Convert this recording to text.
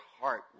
heart